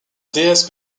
déesse